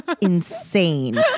insane